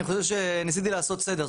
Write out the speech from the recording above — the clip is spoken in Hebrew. אני חושב שניסיתי לעשות סדר.